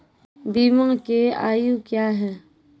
बीमा के आयु क्या हैं?